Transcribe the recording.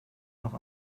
noch